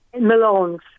Malone's